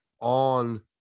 on